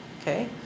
Okay